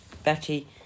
Betty